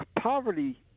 poverty